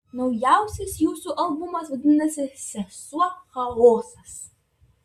naujausias jūsų albumas vadinasi sesuo chaosas